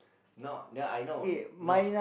no that I know no